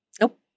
Nope